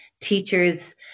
teachers